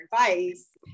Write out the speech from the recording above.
advice